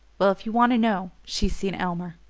well, if you want to know, she's seen elmer.